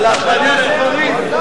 על חיילים משוחררים.